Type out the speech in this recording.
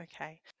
okay